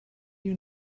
you